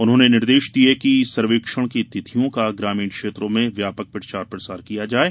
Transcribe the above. उन्होंने निर्देश दिये कि सर्वेक्षण की तिथियों का ग्रामीण क्षेत्रों में व्यापक प्रचार प्रसार किया जाये